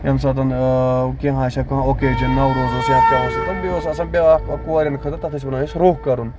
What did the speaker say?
ییٚمہِ ساتہٕ کیٚنہہ آسیکھ کانہہ اوکیجن نوروز یا بییہِ اوس آسان بیاکھ کورین خٲطرٕ تَتھ ٲسۍ وَنان ٲسۍ وَنان أسۍ روف کرُن